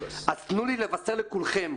אז תנו לי לבשר לכולכם,